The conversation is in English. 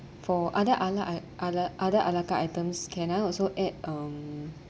for other ala i~ other ala carte items can I also add um